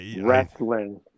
wrestling